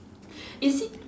is it